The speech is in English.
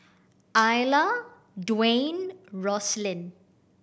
Iola Dwane Roselyn